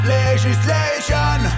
legislation